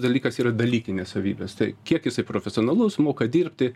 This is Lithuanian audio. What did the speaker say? dalykas yra dalykinės savybės tai kiek jisai profesionalus moka dirbti